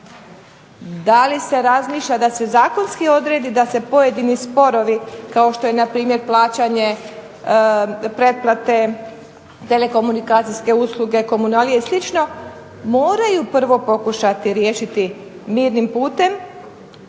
Da li se razmišlja da se zakonski odredi da se pojedini sporovi kao što je npr. plaćanje pretplate telekomunikacijske usluge, komunalije i slično moraju prvo pokušati riješiti mirnim putem